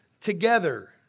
together